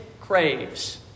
craves